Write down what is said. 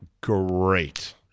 great